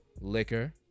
Liquor